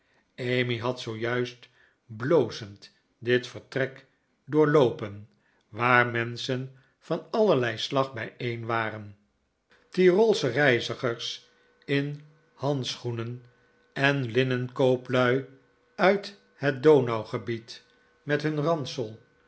emmy had zoo juist blozend dit vertrek doorloopen waar menschen van allerlei slag bijeen waren tiroolsche reizigers in handschoenen en linnenkooplui uit het douaugebied met hun ransel